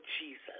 Jesus